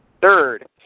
Third